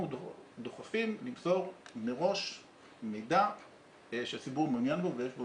אנחנו דוחפים למסור מראש מידע שהציבור מעוניין בו ויש בו